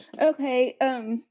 Okay